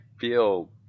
feel